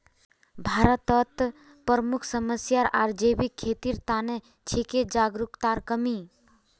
भारतत प्रमुख समस्या आर जैविक खेतीर त न छिके जागरूकतार कमी